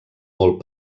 molt